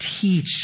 teach